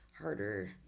harder